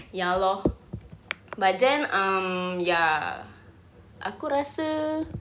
ya lor but then um ya aku rasa